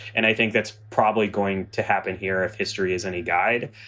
and i think that's probably going to happen here if history is any guide.